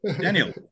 Daniel